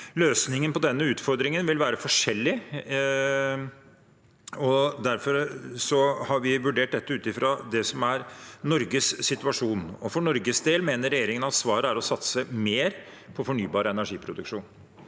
Løsningen på denne utfordringen vil være forskjellig, og derfor har vi vurdert dette ut fra det som er Norges situasjon. For Norges del mener regjeringen at svaret er å satse mer på fornybar energiproduksjon.